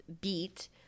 beat